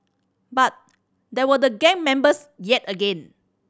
but there were the gang members yet again